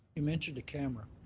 you mentioned a camera.